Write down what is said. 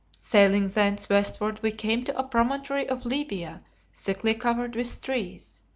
sailing thence westward we came to a promontory of libya thickly covered with trees.